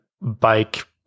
bike